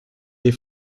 des